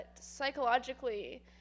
psychologically